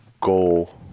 goal